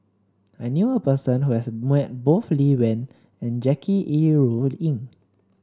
I knew a person who has met both Lee Wen and Jackie Yi Ru Ying